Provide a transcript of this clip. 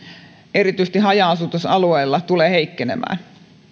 erityisesti haja asutusalueilla tulee heikkenemään